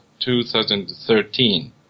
2013